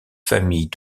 familles